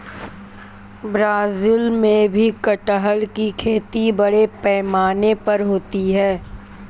Brazil में भी कटहल की खेती बड़े पैमाने पर होती है